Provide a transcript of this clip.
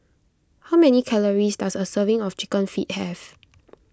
how many calories does a serving of Chicken Feet have